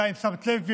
אני לא יודע אם שמת לב,